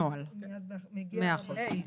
נוהל, מאה אחוז.